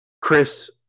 Chris